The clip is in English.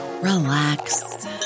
relax